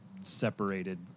separated